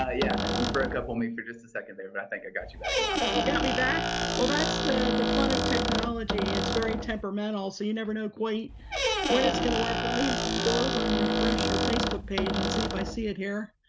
yeah. you broke up on me for just a second there, but i think i got you back now. you got me back? well, that's the the fun of technology, it's very temperamental, so you never know quite when it's going to work. let me go over and refresh your facebook page and see if i see it here.